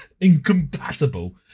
incompatible